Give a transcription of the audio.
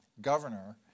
governor